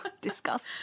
discuss